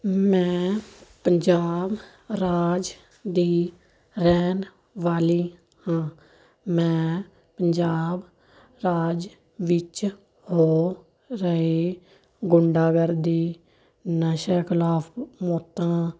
ਮੈਂ ਪੰਜਾਬ ਰਾਜ ਦੀ ਰਹਿਣ ਵਾਲੀ ਹਾਂ ਮੈਂ ਪੰਜਾਬ ਰਾਜ ਵਿੱਚ ਹੋ ਰਹੀ ਗੁੰਡਾਗਰਦੀ ਨਸ਼ਿਆਂ ਖਿਲਾਫ ਮੌਤਾਂ